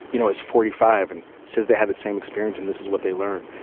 you know, is forty five and says they had the same experience and this is what they learn.